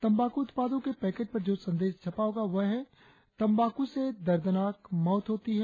तंबाकू उत्पादों के पैकेट पर जो संदेश छपा होगा वह है तंबाकू से दर्दनाक मौत होती है